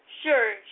Sure